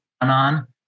on